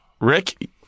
Rick